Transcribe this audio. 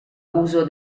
uso